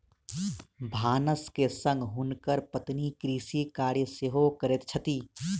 भानस के संग हुनकर पत्नी कृषि कार्य सेहो करैत छथि